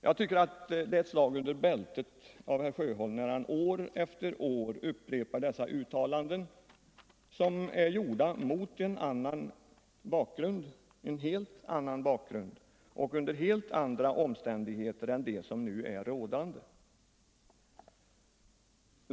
Jag tycker det är ett slag under bältet av herr Sjöholm, när han år efter år upprepar dessa uttalanden, som är gjorda mot en helt annan bakgrund och under helt andra omständigheter än de som nu är rådande.